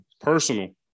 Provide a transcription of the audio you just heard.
personal